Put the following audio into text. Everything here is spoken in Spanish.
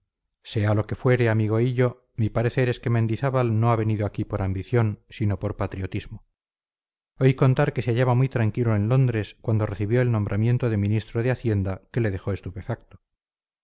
sea lo que fuere amigo hillo mi parecer es que mendizábal no ha venido aquí por ambición sino por patriotismo oí contar que se hallaba muy tranquilo en londres cuando recibió el nombramiento de ministro de hacienda que le dejó estupefacto